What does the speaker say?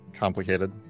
complicated